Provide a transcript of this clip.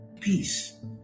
Peace